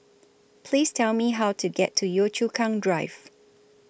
Please Tell Me How to get to Yio Chu Kang Drive